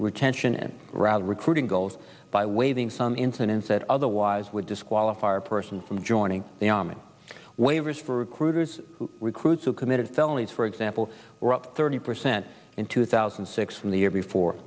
retention rather recruiting goals by waving some incidents that otherwise would disqualify a person from joining the army waivers for recruiters who recruits who committed felonies for example were up thirty percent in two thousand and six from the year before